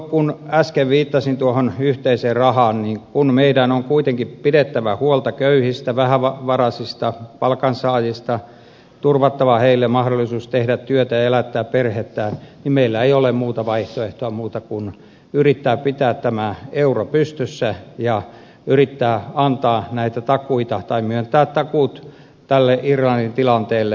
kun äsken viittasin tuohon yhteiseen rahaan niin kun meidän on kuitenkin pidettävä huolta köyhistä vähävaraisista palkansaajista turvattava heille mahdollisuus tehdä työtä ja elättää perhettään niin meillä ei ole muuta vaihtoehtoa kuin yrittää pitää tämä euro pystyssä ja yrittää myöntää takuut tälle irlannin tilanteelle